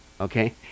okay